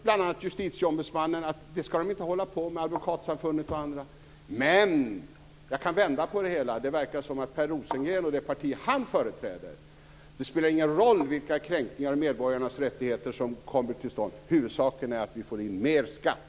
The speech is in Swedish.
Bl.a. Justitieombudsmannen och Advokatsamfundet tycker inte att skattemyndigheterna skall handlägga sådana uppgifter. Men jag kan vända på det hela: Det verkar som att det inte spelar någon roll för Per Rosengren och det parti som han företräder vilka kränkningar av medborgarnas rättigheter som kommer till stånd. Huvudsaken är att man får in mer skatt.